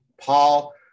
Paul